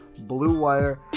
bluewire